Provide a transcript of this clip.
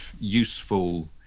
useful